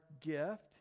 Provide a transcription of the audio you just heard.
gift